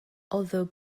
although